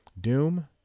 Doom